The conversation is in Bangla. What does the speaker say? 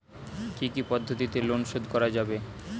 কি কি পদ্ধতিতে লোন শোধ করা যাবে?